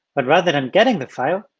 but rather than getting the file,